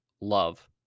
love